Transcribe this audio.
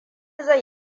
zai